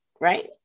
right